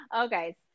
Okay